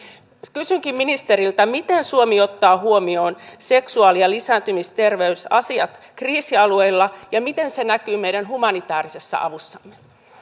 kysynkin ministeriltä miten suomi ottaa huomioon seksuaali ja lisääntymisterveysasiat kriisialueilla ja miten se näkyy meidän humanitäärisessä avussamme